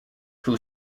who